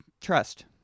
trust